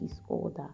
disorder